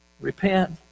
repent